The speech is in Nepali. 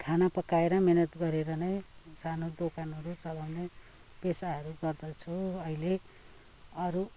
खाना पकाएर मिहिनेत गरेर नै सानो दोकानहरू चलाउने पेसाहरू गर्दछु अहिले अरू